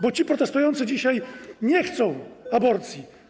Bo ci protestujący dzisiaj nie chcą aborcji.